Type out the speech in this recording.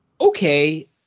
okay